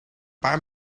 paar